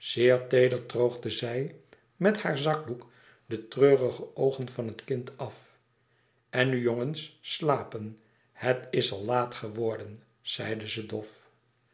zeer teeder droogde zij met haar zakdoek de treurige oogen van het kind af en nu jongens slapen het is al laat geworden zeide ze dof